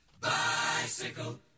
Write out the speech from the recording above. bicycle